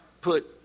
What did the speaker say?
put